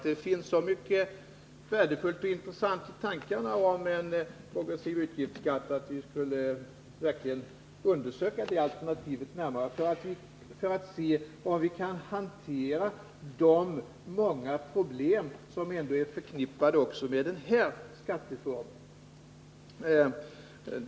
Det finns så mycket värdefullt och intressant i tanken på en progressiv utgiftsskatt att vi verkligen bör undersöka detta alternativ närmare för att se, om vi kan hantera de många problem som ändå är förknippade även med den skatteformen.